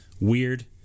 weird